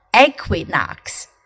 Equinox